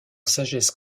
sagesse